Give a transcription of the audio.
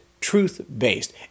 truth-based